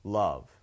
love